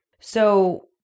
So-